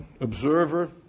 Observer